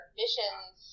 missions